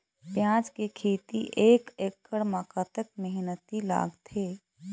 प्याज के खेती एक एकड़ म कतक मेहनती लागथे?